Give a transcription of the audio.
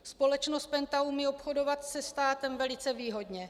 Společnost PENTA umí obchodovat se státem velice výhodně.